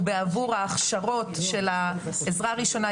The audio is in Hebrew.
הוא בעבור ההכשרות של עזרה ראשונה,